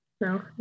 No